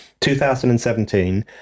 2017